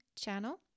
channel